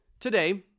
Today